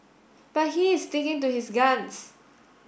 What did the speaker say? but he is sticking to his guns